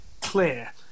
clear